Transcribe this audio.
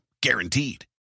guaranteed